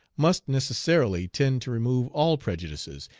must necessarily tend to remove all prejudices,